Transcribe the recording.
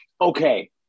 okay